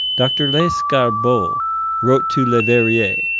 dr. lescarbault wrote to leverrier,